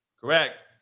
Correct